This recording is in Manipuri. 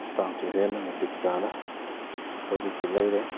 ꯏꯁꯇꯥꯞꯁꯨ ꯍꯦꯟꯅ ꯃꯇꯤꯛ ꯆꯥꯅ ꯍꯧꯖꯤꯛꯇꯤ ꯂꯩꯔꯦ